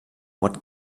what